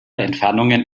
entfernungen